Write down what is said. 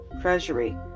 treasury